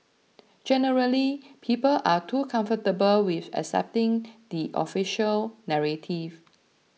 generally people are too comfortable with accepting the official narrative